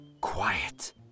quiet